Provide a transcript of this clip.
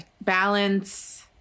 balance